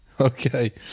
okay